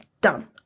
done